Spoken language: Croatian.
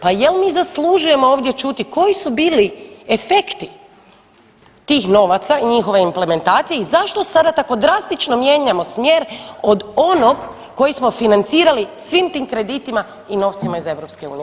Pa jel' mi zaslužujemo ovdje čuti koji su bili efekti tih novaca i njihove implementacije i zašto sada tako drastično mijenjamo smjer od onog kojeg smo financirali svim tim kreditima i novcima iz EU.